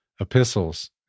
epistles